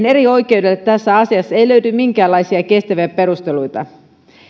erioikeudelle tässä asiassa ei löydy minkäänlaisia kestäviä perusteluita